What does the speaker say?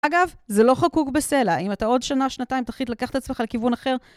אגב, זה לא חקוק בסלע. אם אתה עוד שנה-שנתיים תחליט לקחת את עצמך על כיוון אחר...